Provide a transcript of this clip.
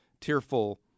tearful